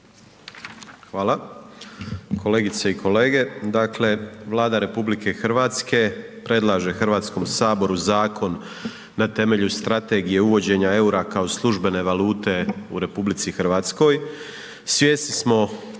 Hvala. Kolegice i kolege, dakle Vlada RH predlaže Hrvatskom saboru zakon na temelju strategije uvođenja eura kao službene valute u RH, svjesni smo